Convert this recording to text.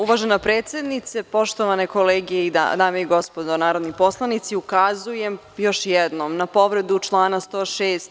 Uvažena predsednice, poštovane kolege, dame i gospodo narodni poslanici, ukazujem još jednom na povredu člana 106.